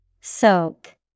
Soak